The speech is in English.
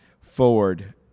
forward